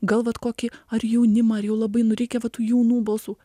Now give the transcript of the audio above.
gal vat kokį ar jaunimą ir jau labai nu reikia va tų jaunų balsų